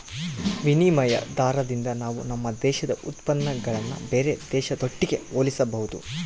ವಿನಿಮಯ ದಾರದಿಂದ ನಾವು ನಮ್ಮ ದೇಶದ ಉತ್ಪನ್ನಗುಳ್ನ ಬೇರೆ ದೇಶದೊಟ್ಟಿಗೆ ಹೋಲಿಸಬಹುದು